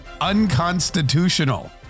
unconstitutional